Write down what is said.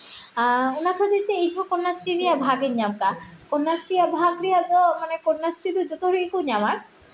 ᱚᱱᱟ ᱠᱷᱟᱹᱛᱤᱨ ᱛᱮ ᱤᱧ ᱦᱚᱸ ᱠᱚᱱᱱᱟᱥᱨᱤ ᱨᱮᱭᱟᱜ ᱵᱷᱟᱜᱽ ᱤᱧ ᱧᱟᱢ ᱠᱟᱜᱼᱟ ᱠᱚᱱᱱᱟᱥᱨᱤ ᱨᱮᱭᱟᱜ ᱵᱷᱟᱜᱽ ᱨᱮᱭᱟᱜ ᱫᱚ ᱢᱟᱱᱮ ᱠᱚᱱᱱᱟᱥᱨᱤ ᱫᱚ ᱡᱚᱛᱚ ᱦᱚᱲ ᱜᱮᱠᱚ ᱧᱟᱢᱟ